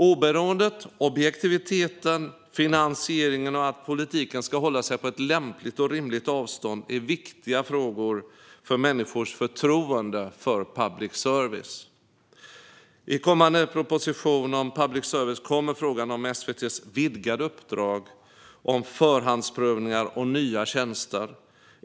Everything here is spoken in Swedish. Oberoendet, objektiviteten, finansieringen och att politiken ska hålla sig på ett lämpligt och rimligt avstånd är viktiga frågor för människors förtroende för public service. I kommande proposition om public service kommer frågan om SVT:s vidgade uppdrag om förhandsprövningar och nya tjänster.